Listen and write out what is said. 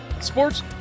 sports